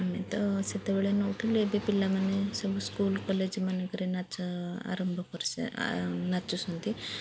ଆମେ ତ ସେତେବେଳେ ନେଉଥିଲୁ ଏବେ ପିଲାମାନେ ସବୁ ସ୍କୁଲ କଲେଜ ମାନଙ୍କରେ ନାଚ ଆରମ୍ଭ ନାଚୁଛନ୍ତି